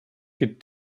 could